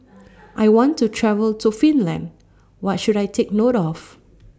I want to travel to Finland What should I Take note of